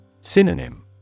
Synonym